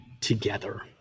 together